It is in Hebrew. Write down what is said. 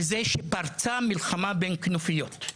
וזה המלחמה שפרצה בין כנופיות.